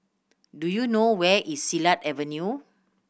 do you know where is Silat Avenue